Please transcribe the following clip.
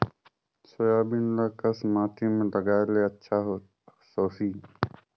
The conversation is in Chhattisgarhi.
सोयाबीन ल कस माटी मे लगाय ले अच्छा सोही?